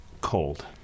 cold